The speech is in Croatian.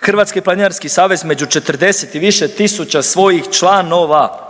Hrvatski planinarski savez među 40 i više tisuća svojih članova,